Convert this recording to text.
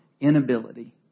inability